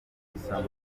gusa